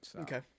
Okay